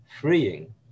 freeing